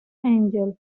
angel